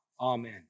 Amen